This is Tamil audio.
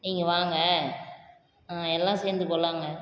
நீங்கள் வாங்க ஆ எல்லாம் சேர்ந்து போகலாங்க